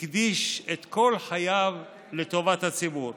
הקדיש את כל חייו לטובת הציבור.